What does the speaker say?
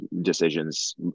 decisions